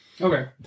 Okay